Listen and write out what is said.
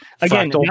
Again